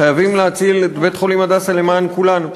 חייבים להציל את בית-חולים "הדסה" למען כולנו.